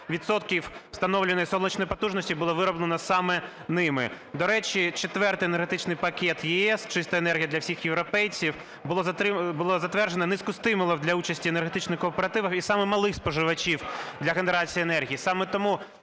відсотків встановленої сонячної потужності було вироблено саме ними. До речі, Четвертий енергетичний пакет ЄС "Чиста енергія для всіх європейців" було затверджено низку стимулів для участі в енергетичних кооперативах і саме малих споживачів для генерації енергії.